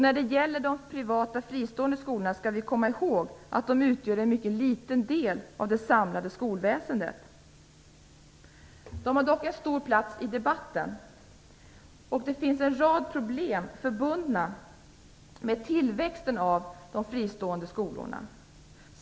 När det gäller de privata, fristående skolorna skall vi komma ihåg att de utgör en mycket liten del av det samlade skolväsendet. De har dock en stor plats i debatten. Det finns en rad problem förbundna med tillväxten av de fristående skolorna.